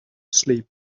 sleep